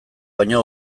baino